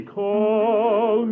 call